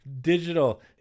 Digital